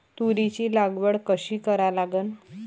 तुरीची लागवड कशी करा लागन?